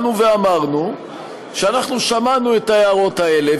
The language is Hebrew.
באנו ואמרנו שאנחנו שמענו את השאלות האלה,